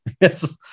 yes